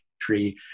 tree